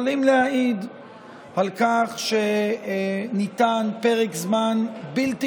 יכולים להעיד על כך שניתן פרק זמן בלתי